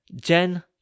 Jen